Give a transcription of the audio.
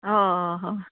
हय